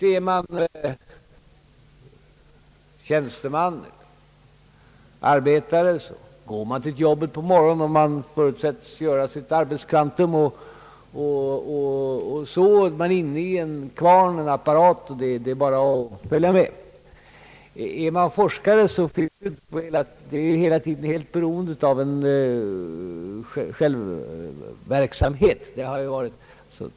Är man tjänsteman eller arbetare går man till sitt arbete på morgonen, man förutsätts göra sitt arbetskvantum, man är inne i en kvarn, och det är bara att följa med. Är man forskare är man hela tiden beroende av självverksamhet.